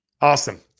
Awesome